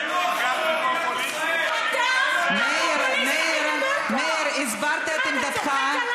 זה לא חוק, מאיר, אתה הסברת את עמדתך.